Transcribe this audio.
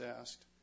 asked